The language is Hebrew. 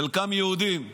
חלקם יהודים,